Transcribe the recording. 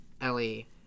Ellie